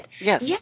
Yes